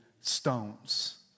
stones